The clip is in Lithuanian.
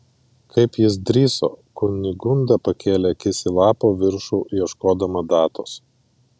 kaip jis drįso kunigunda pakėlė akis į lapo viršų ieškodama datos